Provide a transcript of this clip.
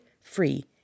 free